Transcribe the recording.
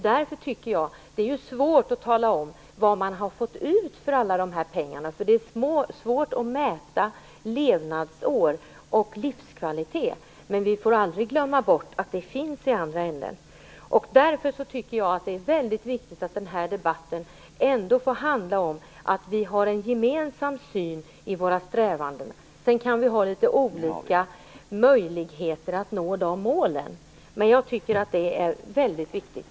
Det är ju svårt att tala om vad man har fått ut av alla dessa pengar, eftersom det är svårt att mäta levnadsår och livskvalitet i pengar. Men vi får aldrig glömma bort att det finns i andra änden. Därför tycker jag att det är väldigt viktigt att denna debatt får handla om vår gemensamma syn när det gäller strävandena. Sedan kan vi ha olika möjligheter att nå de målen, men jag tycker att det är väldigt viktigt.